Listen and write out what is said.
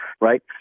right